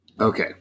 Okay